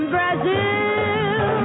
Brazil